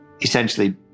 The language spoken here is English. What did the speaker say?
essentially